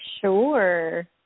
Sure